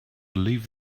leave